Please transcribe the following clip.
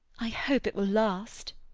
i hope it will last.